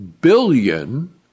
billion